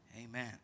amen